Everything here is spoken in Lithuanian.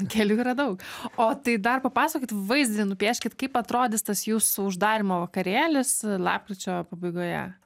kelių yra daug o tai dar papasakokit vaizdinį nupieškit kaip atrodys tas jūsų uždarymo vakarėlis lapkričio pabaigoje